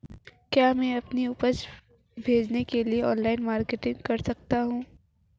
क्या मैं अपनी उपज बेचने के लिए ऑनलाइन मार्केटिंग कर सकता हूँ?